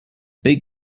big